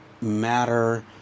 matter